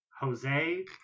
Jose